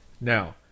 Now